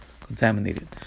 contaminated